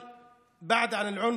(אומר דברים בשפה הערבית,